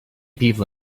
people